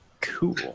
Cool